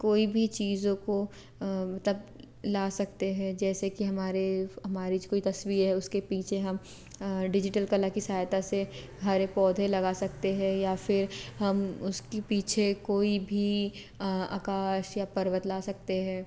कोई भी चीज़ों को तब ला सकते हैं जैसे कि हमारे हमारे कोई तस्वीर है उसके पीछे हम डिजिटल कला की सहायता से हरे पौधे लगा सकते हैं या फिर हम उसकी पीछे कोई भी आकाश या पर्वत ला सकते हैं